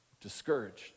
Discouraged